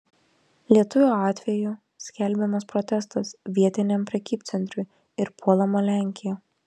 lietuvio atveju skelbiamas protestas vietiniam prekybcentriui ir puolama lenkija